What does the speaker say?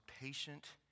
patient